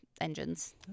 engines